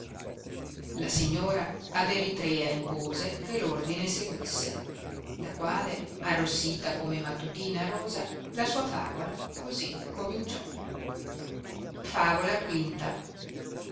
la signora ad eritrea impose che ordine seguisse la quale arrossita come mattutina rosa la sua favola così incominciò favola